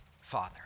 father